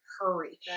hurry